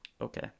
Okay